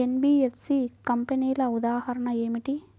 NBFC కంపెనీల ఉదాహరణ ఏమిటి?